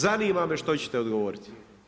Zanima me što ćete odgovoriti.